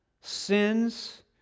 sins